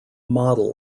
model